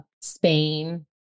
spain